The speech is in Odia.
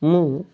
ମୁଁ